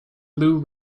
loo